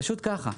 פשוט כך.